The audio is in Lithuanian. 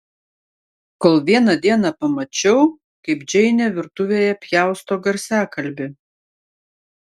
kol vieną dieną pamačiau kaip džeinė virtuvėje pjausto garsiakalbį